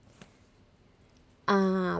ah